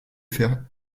faire